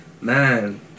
Man